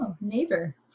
neighbor